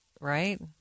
right